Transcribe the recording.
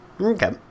Okay